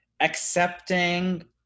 accepting